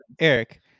Eric